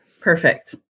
Perfect